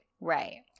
Right